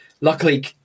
luckily